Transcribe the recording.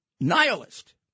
nihilist